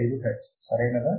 15 hertz సరైనదా